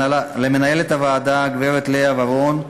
למנהלת הוועדה, הגברת לאה ורון,